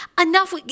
enough